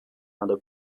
other